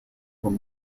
were